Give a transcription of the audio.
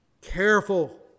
Careful